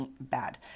bad